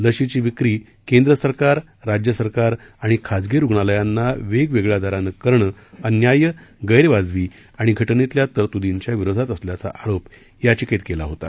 लशीची विक्री केंद्र सरकार राज्यसरकार आणि खासगी रुग्णालयांना वेगवेगळ्या दरानं करणं अन्याय्य गैरवाजवी आणि घटनेतल्या तरतुदींच्या विरोधात असल्याचा आरोप याचिकेत केला होता